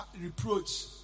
reproach